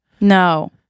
No